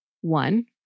One